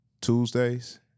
Tuesdays